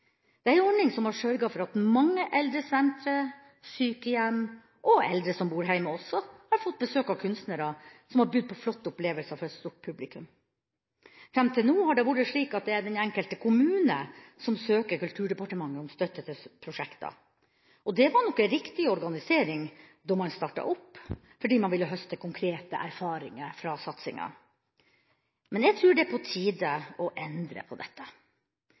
Det er en ordning som har sørget for at mange eldresentre, sykehjem og eldre som bor hjemme, har fått besøk av kunstnere som har budt på flotte opplevelser for et stort publikum. Fram til nå har det vært slik at det er den enkelte kommune som søker Kulturdepartementet om støtte til prosjekter. Det var nok en riktig organisering da man startet opp, fordi man ville høste konkrete erfaringer fra satsingen. Nå tror jeg det er på tide å endre dette.